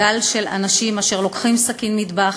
גל של אנשים אשר לוקחים סכין מטבח